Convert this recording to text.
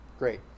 Great